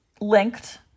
linked